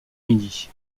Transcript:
midi